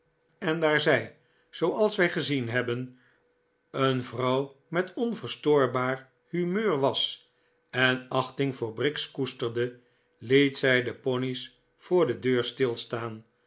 en daar zij zooals wij gezien hebben een vrouw met onverstoorbaar humeur was en achting voor briggs koesterde liet zij de pony's voor de deur stilstaan